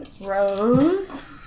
Rose